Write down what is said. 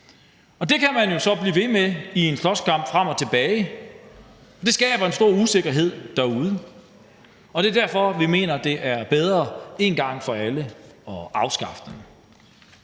– det kan man jo så blive ved med i en slåskamp frem og tilbage, og det skaber en stor usikkerhed derude. Og det er derfor, at vi mener, det er bedre en gang for alle at afskaffe den.